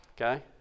Okay